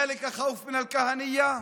פחד מהכהניזם,